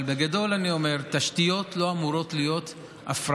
אבל בגדול אני אומר שתשתיות לא אמורות להיות הפרעה,